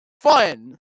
Fun